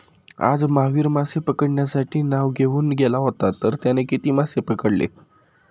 आज महावीर मासे पकडण्यासाठी नाव घेऊन गेला होता तर त्याने किती मासे पकडले?